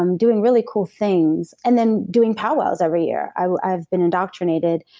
um doing really cool things. and then doing powwows every year. i've been indoctrinated,